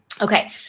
okay